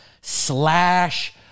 slash